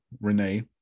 Renee